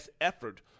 effort